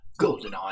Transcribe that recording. GoldenEye